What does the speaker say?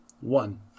one